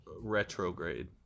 Retrograde